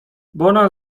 bona